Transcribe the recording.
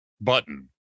button